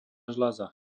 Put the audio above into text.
žľaza